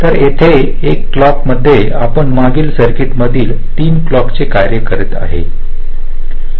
तर येथे एका क्लॉक मध्ये आपण मागील सर्किट मधील 3 क्लॉक ंचे कार्य करीत आहोत